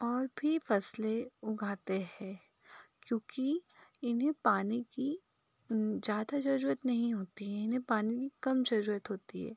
और भी फसलें उगाते हैं क्योंकि इन्हें पानी की ज़्यादा ज़रूरत नही होती है इन्हें पानी कम ज़रूरत होती है